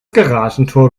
garagentor